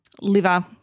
liver